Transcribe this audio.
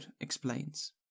explains